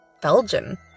Belgian